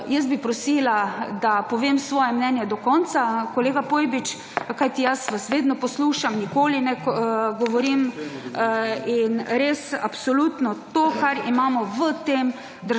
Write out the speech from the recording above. Jaz bi prosila, da povem svoje mnenje do konca, kolega Pojbič. Kajti jaz vas vedno poslušam, nikoli ne govorim. In res absolutno to, kar imamo v tem